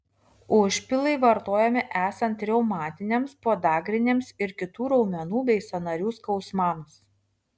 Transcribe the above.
užpilai vartojami esant reumatiniams podagriniams ir kitų raumenų bei sąnarių skausmams